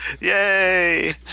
Yay